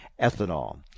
ethanol